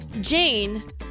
jane